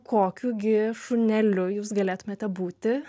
kokiu gi šuneliu jūs galėtumėte būti